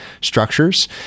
structures